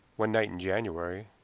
one night in january,